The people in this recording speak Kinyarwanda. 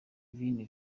veni